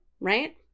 Right